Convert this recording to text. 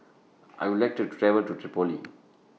I Would like to travel to Tripoli